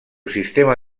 sistema